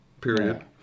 period